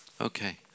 Okay